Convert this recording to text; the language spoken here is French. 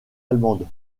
allemande